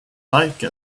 like